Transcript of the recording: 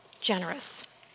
generous